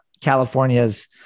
California's